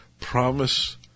promise